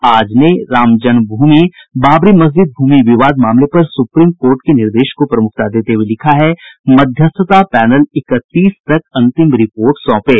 आज ने रामजन्म भूमि बाबरी मस्जिद भूमि विवाद मामले पर सुप्रीम कोर्ट के निर्देश को प्रमुखता देते हुये लिखा है मध्यस्थता पैनल इकतीस तक अंतिम रिपोर्ट सौंपे